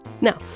now